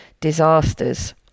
disasters